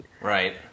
Right